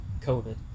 COVID